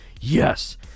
yes